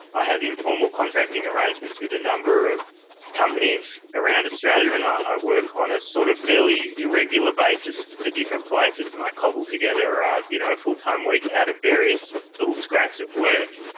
i have informal contracting arrangements with a number of companies around australia and i work on a sort of fairly irregular basis for different places and i cobble together ah you know a full-time week out of various little scraps of work.